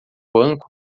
banco